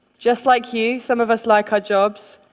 just like you, some of us like our jobs,